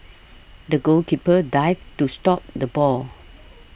the goalkeeper dived to stop the ball